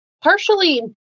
Partially